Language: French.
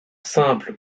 simple